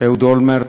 אהוד אולמרט,